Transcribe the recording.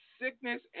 sickness